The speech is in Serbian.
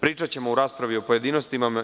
Pričaćemo u raspravi o pojedinostima.